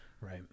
right